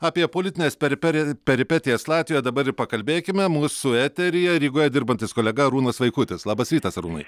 apie politines periperi peripetijas latvijoje dabar ir pakalbėkime mūsų eteryje rygoj dirbantis kolega arūnas vaikutis labas rytas arūnai